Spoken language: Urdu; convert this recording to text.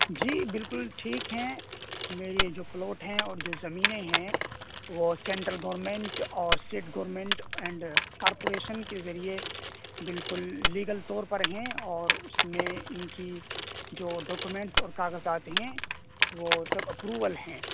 جی بالکل ٹھیک ہیں میرے جو پلاٹ ہیں اور جو زمینیں ہیں وہ سنٹرل گورمنٹ اور اسٹیٹ گورمنٹ اینڈ کارپوریشن کے ذریعے بالکل لیگل طور پر ہیں اور اس میں ان کی جو ڈاکومنٹس اور کاغذات ہیں وہ سب اپروول ہیں